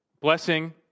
blessing